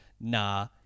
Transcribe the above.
nah